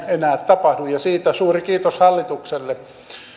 enää tapahdu ja siitä suuri kiitos hallitukselle